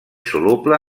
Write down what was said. soluble